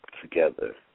together